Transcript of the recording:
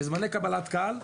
זמני קבלת קהל.